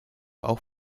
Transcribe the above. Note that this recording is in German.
auch